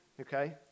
Okay